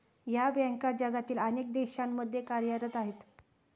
या बँका जगातील अनेक देशांमध्ये कार्यरत आहेत